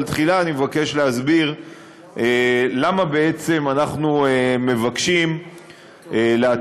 אבל תחילה אני מבקש להסביר למה בעצם אנחנו מבקשים להטיל